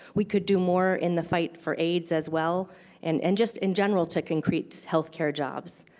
we could do more in the fight for aids as well and and just in general to increase healthcare jobs.